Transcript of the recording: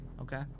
Okay